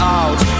out